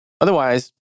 Otherwise